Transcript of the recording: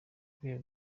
ukwiye